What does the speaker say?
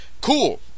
cool